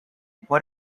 what